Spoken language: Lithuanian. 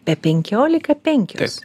be penkiolika penkios